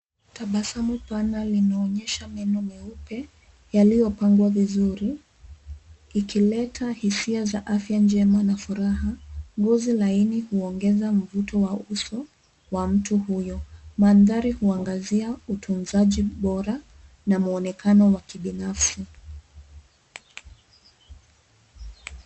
Tabasamu pana linaonyesha meno meupe yaliyopangwa vizuri ikileta hisia za afya njema na furaha, ngozi la huongeza mvuto wa uso wa mtu huyo. Mandhari huangazia utunzaji bora na muonekano wa kibinafsi.